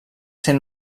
ser